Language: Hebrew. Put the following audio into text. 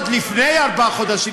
עוד לפני ארבעה חודשים,